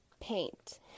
paint